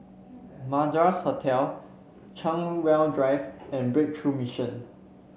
Madras Hotel Chartwell Drive and Breakthrough Mission